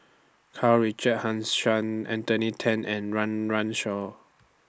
Karl Richard Hanitsch Anthony Then and Run Run Shaw